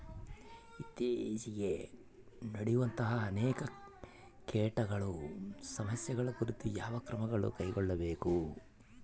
ಇತ್ತೇಚಿಗೆ ನಡೆಯುವಂತಹ ಅನೇಕ ಕೇಟಗಳ ಸಮಸ್ಯೆಗಳ ಕುರಿತು ಯಾವ ಕ್ರಮಗಳನ್ನು ಕೈಗೊಳ್ಳಬೇಕು?